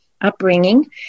upbringing